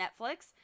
Netflix